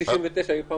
בעיות